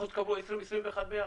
יכול להיות שתקבלו את 2020 ו-2021 ביחד.